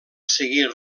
seguir